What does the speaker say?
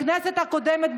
בכנסת הקודמת,